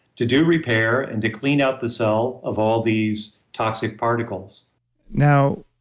to do repair and to clean out the cell of all these toxic particles now,